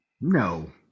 No